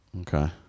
Okay